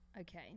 Okay